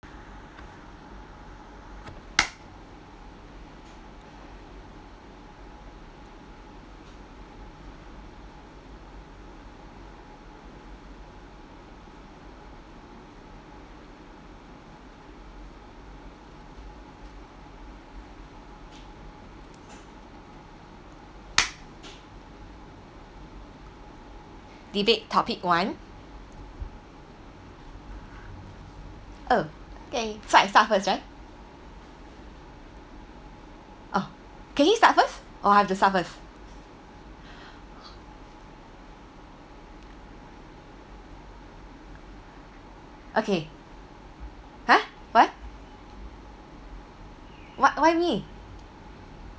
debate topic one oh eh so I start first sia oh can you start first or I have to start first okay !huh! what what why me